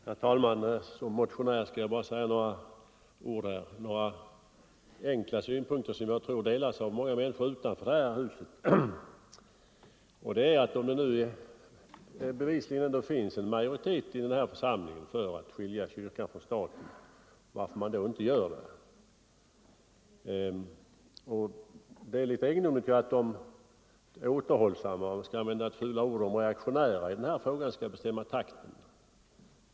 Herr talman! Som motionär skall jag bara anföra några enkla synpunkter som jag tror delas av många människor utanför det här huset. Om det bevisligen finns en majoritet i den här församlingen för att skilja kyrkan från staten — varför gör man det.då inte? Det är litet egendomligt att man låter de återhållsamma och — för att använda ett kanske fult ord — reaktionära bestämma takten i denna fråga.